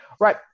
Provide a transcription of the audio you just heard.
right